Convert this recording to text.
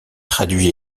traduit